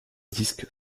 disque